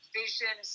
vision